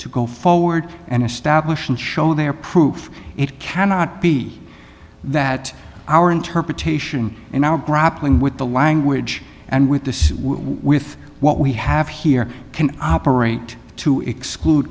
to go forward and establish and show their proof it cannot be that our interpretation and now grappling with the language and with this with what we have here can operate to exclude